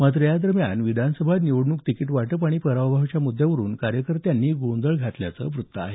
मात्र या दरम्यान विधानसभा निवडणूक तिकिट वाटप आणि पराभवाच्या मुद्यावरून कार्यकर्त्यांनी गोंधळ घातल्याचं वृत्त आहे